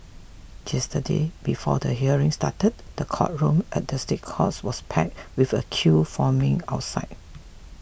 yesterday before the hearing started the courtroom at the State Courts was packed with a queue forming outside